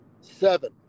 Seven